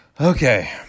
okay